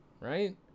right